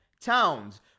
Towns